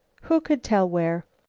who could tell where?